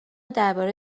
درباره